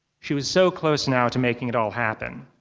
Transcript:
she was so close now to making it all happen.